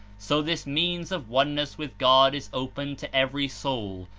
so this means of oneness with god is open to every soul,